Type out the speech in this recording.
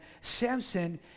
Samson